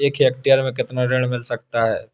एक हेक्टेयर में कितना ऋण मिल सकता है?